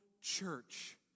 church